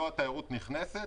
לא התיירות הנכנסת,